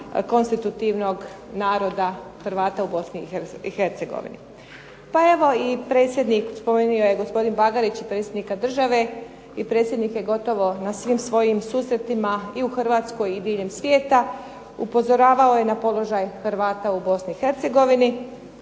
konstitutivnog naroda Hrvata u Bosni i Hercegovini. Pa evo i predsjednik spomenuo je gospodin Bagarić i predsjednika države i predsjednike gotovo na svim svojim susretima i u Hrvatskoj i diljem svijeta, upozoravao je na položaj Hrvata u Bosni